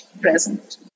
present